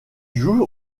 joue